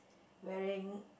wearing